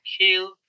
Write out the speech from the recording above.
killed